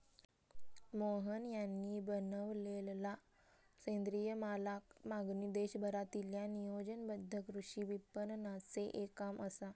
मोहन यांनी बनवलेलला सेंद्रिय मालाक मागणी देशभरातील्या नियोजनबद्ध कृषी विपणनाचे एक काम असा